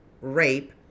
rape